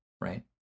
right